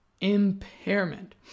impairment